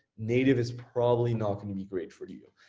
native is probably not gonna be great for you.